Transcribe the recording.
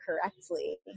correctly